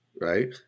Right